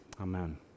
amen